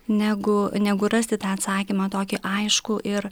negu negu rasti tą atsakymą tokį aiškų ir